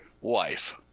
wife